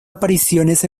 apariciones